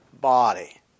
body